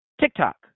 TikTok